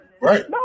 Right